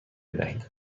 بدهید